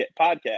Podcast